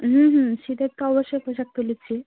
হুম হুম শীতের তো অবশ্যই পোশাক তুলেছি